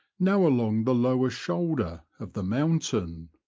now along the lower shoulder of the mountain.